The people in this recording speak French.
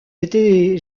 étaient